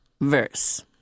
verse